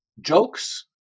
jokes